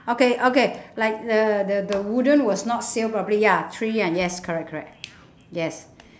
okay okay like the the the wooden was not sealed properly ya three one ya correct correct yes